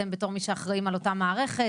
אתם בתור מי שאחראי על אותה מערכת,